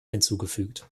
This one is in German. hinzugefügt